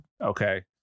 okay